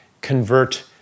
convert